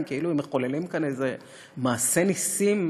כאילו הם מחוללים כאן איזה מעשה נסים,